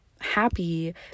happy